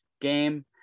game